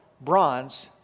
bronze